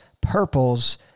purples